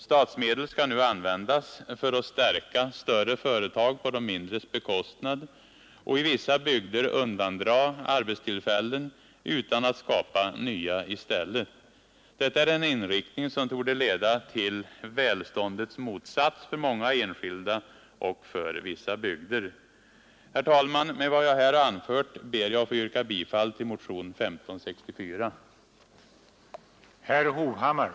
Statsmedel skall nu användas för att stärka större företag på de mindres bekostnad och för att undandra vissa bygder arbetstillfällen utan att skapa nya i stället. Detta är en inriktning som torde leda till välståndets motsats för många enskilda och för vissa bygder. Herr talman! Med vad jag här har anfört ber jag att få yrka bifall till motionen 1564.